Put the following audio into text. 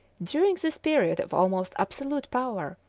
during this period of almost absolute power,